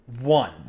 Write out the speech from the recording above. One